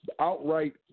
outright